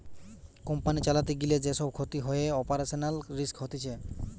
company চালাতে গিলে যে সব ক্ষতি হয়ে অপারেশনাল রিস্ক হতিছে